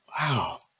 wow